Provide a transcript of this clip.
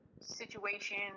situation